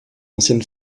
ancienne